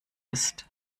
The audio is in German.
ist